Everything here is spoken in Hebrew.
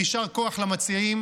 יישר כוח למציעים.